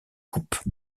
coupe